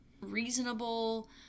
reasonable